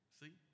see